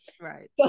right